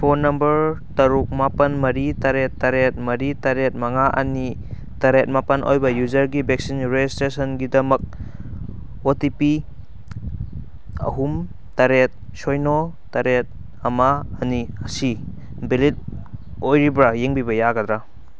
phone number ꯇꯔꯨꯛ ꯃꯥꯄꯟ ꯃꯔꯤ ꯇꯔꯦꯠ ꯇꯔꯦꯠ ꯃꯔꯤ ꯇꯔꯦꯠ ꯃꯉꯥ ꯑꯅꯤ ꯇꯔꯦꯠ ꯃꯥꯄꯟ ꯑꯣꯏꯕ ꯌꯨꯖꯔꯒꯤ ꯚꯦꯛꯁꯤꯟ ꯔꯦꯖꯤꯁꯇ꯭ꯔꯦꯁꯟꯒꯤꯗꯃꯛ ꯑꯣ ꯇꯤ ꯄꯤ ꯑꯍꯨꯝ ꯇꯔꯦꯠ ꯁꯣꯏꯅꯣ ꯇꯔꯦꯠ ꯑꯃ ꯑꯅꯤ ꯑꯁꯤ ꯚꯦꯂꯤꯠ ꯑꯣꯏꯔꯤꯕ꯭ꯔꯥ ꯌꯦꯡꯕꯤꯕ ꯌꯥꯒꯗ꯭ꯔꯥ